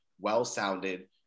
well-sounded